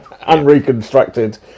unreconstructed